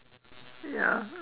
ya